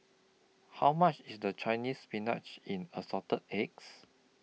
How much IS The Chinese Spinach in Assorted Eggs